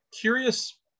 Curious